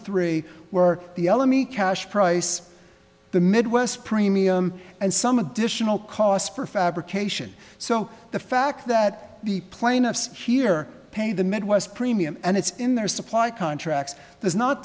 three were the element cash price the midwest premium and some additional cost for fabrication so the fact that the plaintiffs here pay the midwest premium and it's in their supply contracts does not